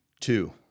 Two